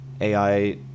AI